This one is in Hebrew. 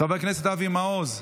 חבר הכנסת אבי מעוז,